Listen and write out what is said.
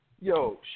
Yo